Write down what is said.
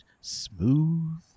smooth